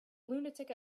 lunatic